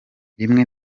rimwe